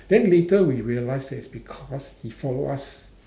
then later we realised that is because he follow us